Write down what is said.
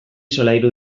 solairu